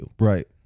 Right